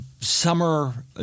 summer